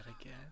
again